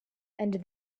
and